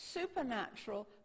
supernatural